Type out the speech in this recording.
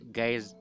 guys